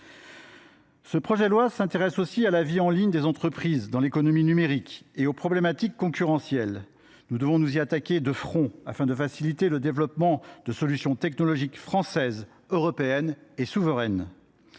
Ce projet de loi s’intéresse aussi à la vie en ligne des entreprises dans l’économie numérique et aux problématiques concurrentielles. Nous devons nous y attaquer de front, afin de faciliter le développement de solutions technologiques françaises, européennes et souveraines.